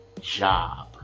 job